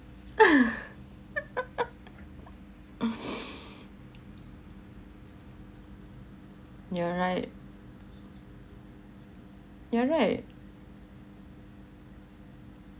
you're right you're right